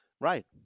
Right